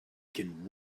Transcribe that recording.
can